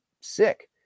sick